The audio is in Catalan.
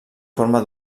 forma